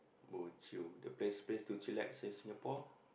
bojio the best place to chillax in Singapore